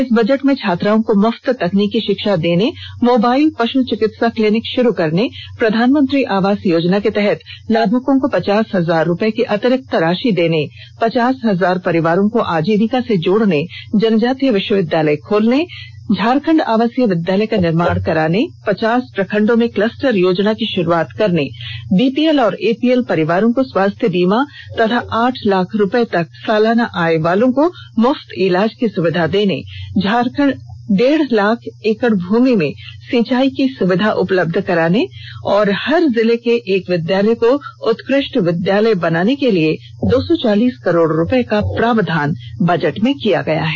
इस बजट में छात्राओं को मुफ्त तकनीकी षिक्षा देने मोबाइल पषु चिकित्सा क्लिनिक षुरू करने प्रधानमंत्री आवास योजना के तहत लाभुकों को पचास हजार रुपये की अतिरिक्त राषि देने पचास हजार परिवारों को आजीविका से जोड़ने जनजातीय विष्वविद्यालय खोलने झारखंड आवासीय विद्यालय का निर्माण कराने पचास प्रखंडों में कलस्टर योजना की षुरूआत करने बीपीएल और एपीएल परिवारों को स्वास्थ्य बीमा तथा आठ लाख रूपये तक सालाना आय वालों को मुफ्त इलाज की सुविधा देने डेढ़ लाख हेक्टेयर भूमि में सिंचाई की सुविधा उपलब्ध कराने हर जिले के एक विद्यालय को उत्कृष्ट विद्यालय बनाने के लिए दो सौ चालीस करोड़ रुपये का प्रावधान बजट में किया गया है